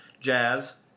jazz